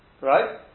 Right